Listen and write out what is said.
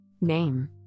Name